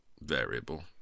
variable